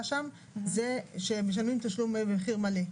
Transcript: שם זה שהם משלמים תשלום במחיר מלא.